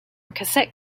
cassette